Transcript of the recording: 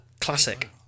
classic